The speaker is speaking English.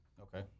Okay